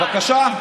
בבקשה?